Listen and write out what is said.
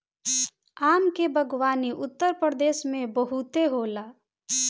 आम के बागवानी उत्तरप्रदेश में बहुते होला